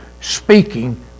speaking